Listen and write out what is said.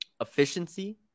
efficiency